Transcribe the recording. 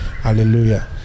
hallelujah